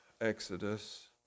Exodus